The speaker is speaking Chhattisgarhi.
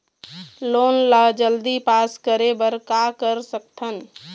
लोन ला जल्दी पास करे बर का कर सकथन?